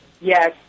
Yes